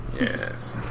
Yes